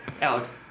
Alex